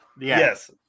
Yes